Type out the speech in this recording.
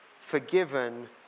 forgiven